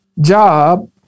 job